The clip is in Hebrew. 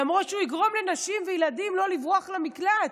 למרות שהוא יגרום לנשים ולילדים לא לברוח למקלט.